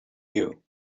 you